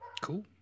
Cool